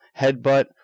headbutt